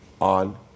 on